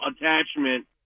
attachment